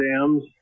dams